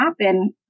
happen